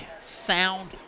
sound